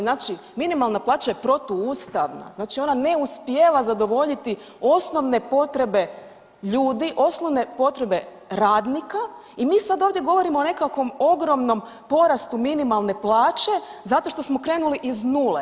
Znači minimalna plaća je protuustavna, znači ona ne uspijeva zadovoljiti osnovne potrebe ljudi, osnovne potrebe radnika i mi sad ovdje govorimo o nekakvom ogromnom porastu minimalne plaće zato što smo krenuli iz nule.